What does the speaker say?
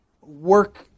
work